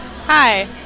Hi